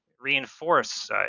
reinforce